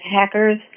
hackers